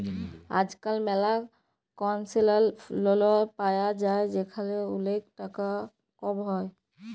আজকাল ম্যালা concessional loan পায়া যায় যেখালে ওলেক টাকা কম হ্যয়